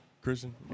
Christian